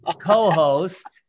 co-host